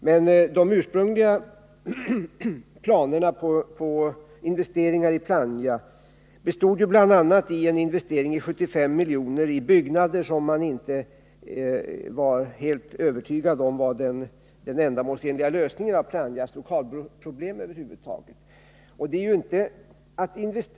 Men de ursprungliga planerna på investeringar i Plannja bestod bl.a. i en investering av 75 miljoner i byggnader som man inte varit helt övertygad om var den ändamålsenliga lösningen av Plannjas lokalproblem.